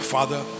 Father